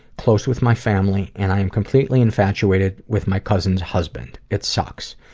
close with my family, and i am completely infatuated with my cousin's husband. it sucks,